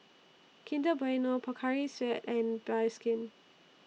Kinder Bueno Pocari Sweat and Bioskin